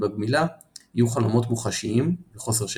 ובגמילה יהיו חלומות מוחשיים וחוסר שקט.